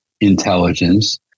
intelligence